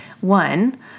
One